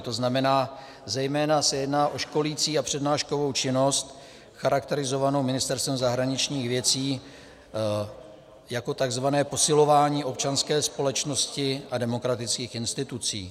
To znamená, zejména se jedná o školicí a přednáškovou činnost charakterizovanou Ministerstvem zahraničních věcí jako tzv. posilování občanské společnosti a demokratických institucí.